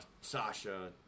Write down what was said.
Sasha